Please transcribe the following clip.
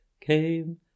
came